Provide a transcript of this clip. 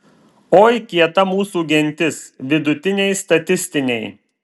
oi kieta mūsų gentis vidutiniai statistiniai